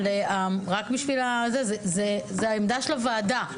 אבל זו העמדה של הוועדה.